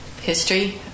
history